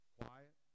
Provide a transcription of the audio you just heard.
quiet